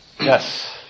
Yes